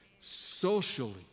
Socially